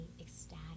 ecstatic